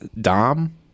Dom